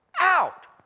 out